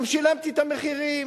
גם שילמתי את המחירים,